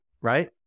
right